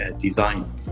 design